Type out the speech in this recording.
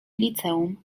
liceum